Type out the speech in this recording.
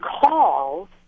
call